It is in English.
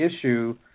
issue